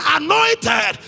anointed